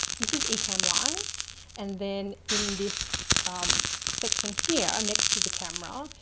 this is ecamm live and then in this section here, next to the camera,